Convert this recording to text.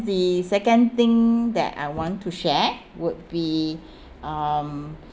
the second thing that I want to share would be um